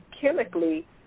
chemically